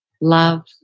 love